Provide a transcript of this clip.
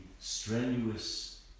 strenuous